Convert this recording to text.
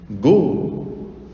go